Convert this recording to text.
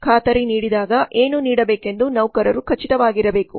ಖಾತರಿ ನೀಡಿದಾಗ ಏನು ನೀಡಬೇಕೆಂದು ನೌಕರರು ಖಚಿತವಾಗಿರಬೇಕು